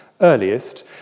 earliest